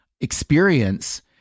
experience